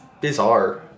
bizarre